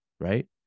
right